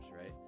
right